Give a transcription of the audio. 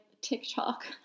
tiktok